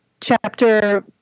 chapter